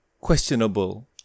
questionable